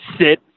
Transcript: sit